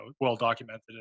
well-documented